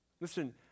Listen